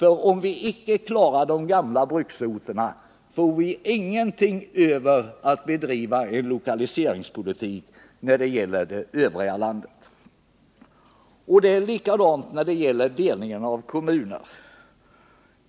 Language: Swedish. Om vi inte kan klara de gamla bruksorterna, får vi ingenting över att bedriva lokaliseringspolitik med i övriga delar av landet. Det är likadant när det gäller delningen av kommuner.